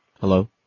Hello